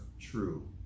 true